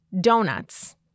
donuts